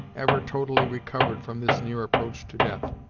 ever totally recovered from this near approach to death.